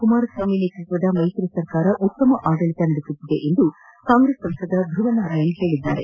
ಕುಮಾರಸ್ವಾಮಿ ನೇತೃತ್ವದ ಮೈತ್ರಿ ಸರ್ಕಾರ ಉತ್ತಮ ಆಡಳತ ನಡೆಸುತ್ತಿದೆ ಎಂದು ಕಾಂಗ್ರೆಸ್ ಸಂಸದ ಧ್ಳವ ನಾರಾಯಣ್ ಹೇಳಿದ್ದಾರೆ